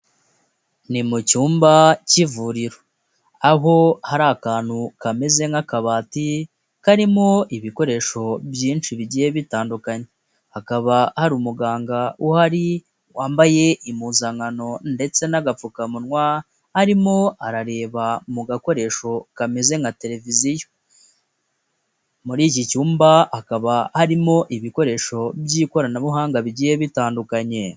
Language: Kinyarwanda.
Ni mu cyumba cy'ivuriro, aho hari akantu kameze nk'akabati karimo ibikoresho byinshi bigiye bitandukanye, hakaba hari umuganga uhari wambaye impuzankano ndetse n'agapfukamunwa arimo arareba mu gakoresho kameze nka televiziyo, muri iki cyumba hakaba harimo ibikoresho by'ikoranabuhanga bigiye bitandukanye.